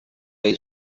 ways